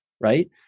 Right